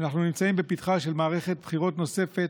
אנחנו נמצאים בפתחה של מערכת בחירות נוספת,